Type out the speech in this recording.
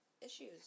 issues